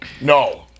No